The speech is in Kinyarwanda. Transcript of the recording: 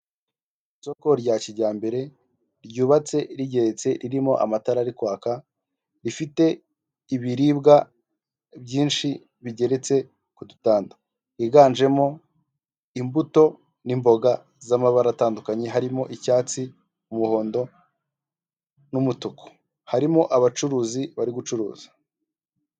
Isoko rya kijyambere ryubatse rigeretse ririmo amatara ari kwaka rifite ibiribwa byinshi bigeretse ku dutanda higanjemo imbuto, n'imboga z'amabara atandukanye harimo icyatsi, umuhondo, n'umutuku harimo abacuruzi bari gucuruza.